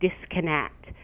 disconnect